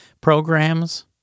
programs